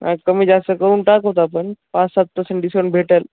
हा कमी जास्त करुन टाकू आपण पाच सात परसें डिसंट भेटेल